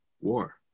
war